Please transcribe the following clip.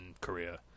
Korea